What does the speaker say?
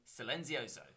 Silenzioso